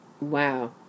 Wow